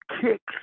kicks